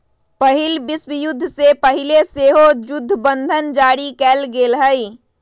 पहिल विश्वयुद्ध से पहिले सेहो जुद्ध बंधन जारी कयल गेल हइ